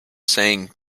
saying